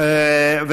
תודה.